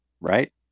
right